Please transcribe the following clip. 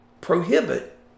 prohibit